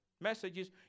Messages